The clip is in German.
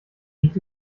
liegt